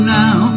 now